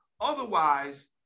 Otherwise